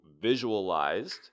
visualized